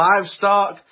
livestock